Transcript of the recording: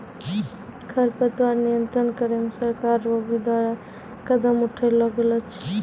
खरपतवार नियंत्रण करे मे सरकार रो भी द्वारा कदम उठैलो गेलो छै